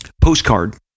postcard